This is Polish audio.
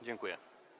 Dziękuję.